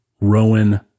Rowan